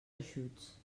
eixuts